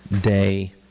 day